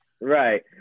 right